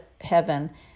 heaven